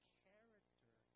character